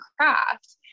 Craft